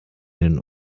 den